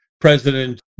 President